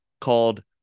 called